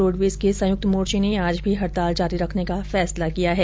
roadways के संयुक्त मोर्चे ने आज भी हडताल जारी रखने का फैसला किया है